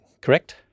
correct